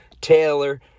Taylor